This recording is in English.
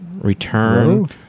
Return